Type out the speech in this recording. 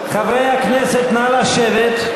חברי הכנסת, נא לשבת.